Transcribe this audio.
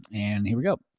and here we go.